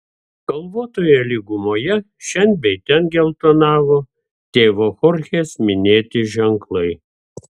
kalvotoje lygumoje šen bei ten geltonavo tėvo chorchės minėti ženklai